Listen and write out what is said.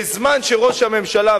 בזמן שראש הממשלה,